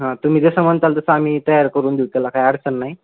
हां तुम्ही जसं म्हणताल तसं आम्ही तयार करून देऊ त्याला काय अडचण नाही